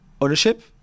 ownership